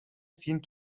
scene